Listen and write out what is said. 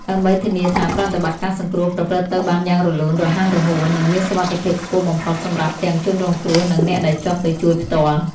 ដើម្បីធានាថាប្រតិបត្តិការសង្គ្រោះប្រព្រឹត្តទៅបានយ៉ាងរលូន រហ័សរហួន និងមានសុវត្ថិភាពខ្ពស់បំផុតសម្រាប់ទាំងជនរងគ្រោះ និងអ្នកដែលចុះទៅជួយផ្ទាល់។